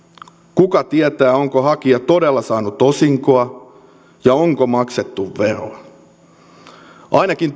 kuka tietää onko hakija todella saanut osinkoa ja onko maksettu veroa ainakin